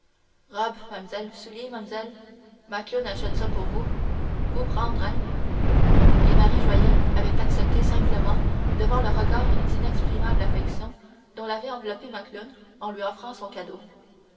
mam'selle souliers mam'selle macloune achète ça pour vous vous prendre hein et marie joyelle avait accepté simplement devant le regard d'inexprimable affection dont l'avait enveloppée macloune en lui offrant son cadeau